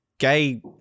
Gay